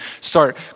start